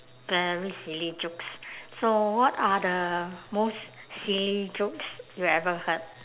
very silly jokes so what are the most silly jokes you ever heard